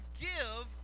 give